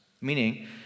Meaning